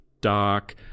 dark